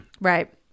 Right